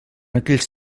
aquells